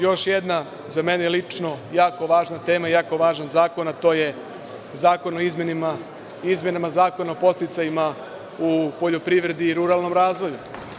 Još jedna za mene lično jako važna tema, jako važan zakon, a to je Zakon o izmenama i dopunama Zakona o podsticajima u poljoprivredi i ruralnom razvoju.